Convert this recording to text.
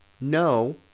No